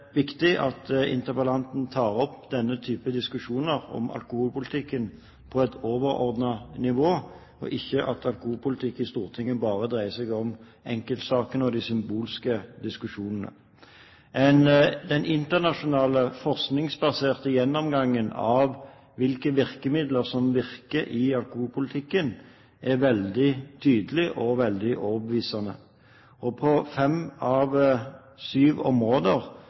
at interpellanten tar opp denne type diskusjoner, om alkoholpolitikken, på et overordnet nivå, og at alkoholpolitikk i Stortinget ikke bare dreier seg om enkeltsakene og de symbolske diskusjonene. Den internasjonale forskningsbaserte gjennomgangen av hvilke virkemidler som virker i alkoholpolitikken, er veldig tydelig og veldig overbevisende. På fem av syv områder